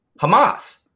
Hamas